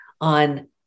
on